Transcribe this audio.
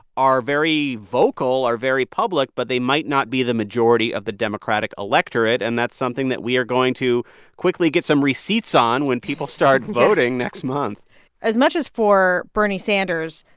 are very vocal, are very public, but they might not be the majority of the democratic electorate. and that's something that we are going to quickly get some receipts on when people start voting next month as much as, for bernie sanders,